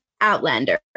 Outlander